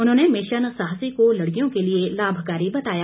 उन्होंने मिशन साहसी को लड़कियों को लिए लामकारी बताया